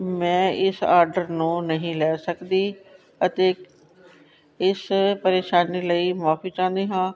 ਮੈਂ ਇਸ ਆਡਰ ਨੂੰ ਨਹੀਂ ਲੈ ਸਕਦੀ ਅਤੇ ਇਸ ਪ੍ਰੇਸ਼ਾਨੀ ਲਈ ਮੁਆਫ਼ੀ ਚਾਹੁੰਦੀ ਹਾਂ